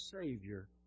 Savior